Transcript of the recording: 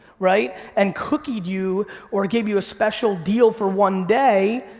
right, and cookied you or gave you a special deal for one day,